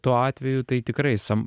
tuo atveju tai tikrai sam